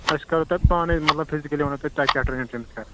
أسۍ کرو تۄہہِ پانے مَطلَب فِزِکلی ونو تۄہہِ تۄہہِ کیاہ ٹرینِنٛگ چھ أمِس کَرٕنۍ